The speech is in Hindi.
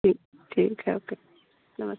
ठीक ठीक है ओके नमस्ते